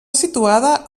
situada